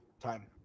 time